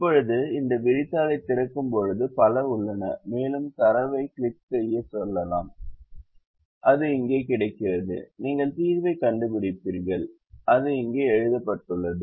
இப்போது இந்த விரிதாளைத் திறக்கும்போது பல உள்ளன மேலும் தரவைக் கிளிக் செய்யலாம் அது இங்கே கிடைக்கிறது நீங்கள் தீர்வைக் கண்டுபிடிப்பீர்கள் அது இங்கே எழுதப்பட்டுள்ளது